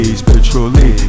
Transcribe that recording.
spiritually